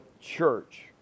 church